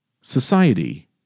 society